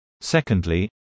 Secondly